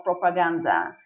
propaganda